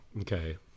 Okay